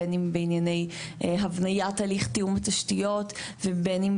בין אם בענייני הבניית הליך תיאום תשתיות ובין אם